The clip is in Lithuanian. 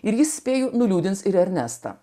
ir jis spėju nuliūdins ir ernestą